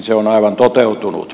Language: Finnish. se on aivan toteutunut